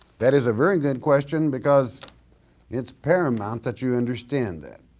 that is a very good question because it's paramount that you understand that.